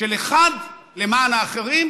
של אחד למען האחרים